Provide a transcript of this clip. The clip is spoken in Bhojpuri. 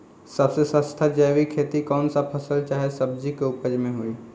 सबसे सस्ता जैविक खेती कौन सा फसल चाहे सब्जी के उपज मे होई?